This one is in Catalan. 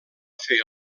fer